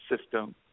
system